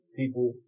people